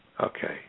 Okay